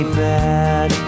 bad